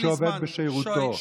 שעובד בשירותו.